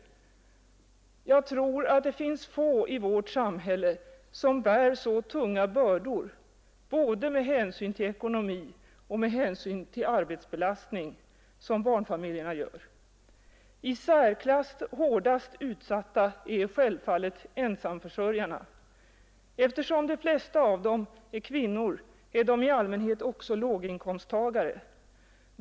Jag tror att det finns få i vårt samhälle som bär så tunga bördor både med hänsyn till ekonomi och med hänsyn till arbetsbelastning som barnfamiljerna gör. I särklass hårdast utsatta är självfallet ensamförsörjarna. Eftersom de flesta av dem är kvinnor är de i allmänhet också låginkomsttagare.